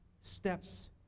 steps